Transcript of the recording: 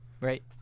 Right